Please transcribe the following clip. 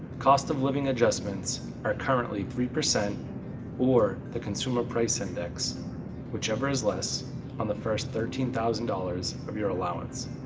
cost-of-living adjustments are currently three percent or the consumer price index whichever is less on the first thirteen thousand dollars of your allowance,